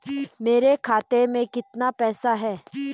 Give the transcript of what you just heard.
मेरे खाते में कितना पैसा है?